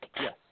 Yes